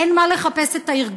אין מה לחפש את הארגון,